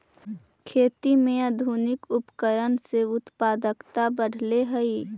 खेती में आधुनिक उपकरण से उत्पादकता बढ़ले हइ